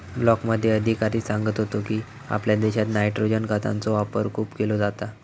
ब्लॉकमध्ये अधिकारी सांगत होतो की, आपल्या देशात नायट्रोजन खतांचो वापर खूप केलो जाता